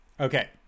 Okay